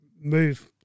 move